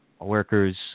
workers